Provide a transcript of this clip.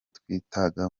twitaga